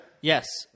Yes